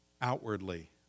outwardly